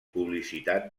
publicitat